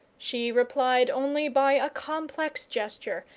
she replied only by a complex gesture,